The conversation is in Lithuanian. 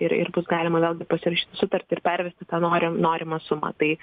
ir ir bus galima pasirašyti sutartį ir pervesti ten norim norimą sumą tai